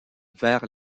vers